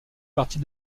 partie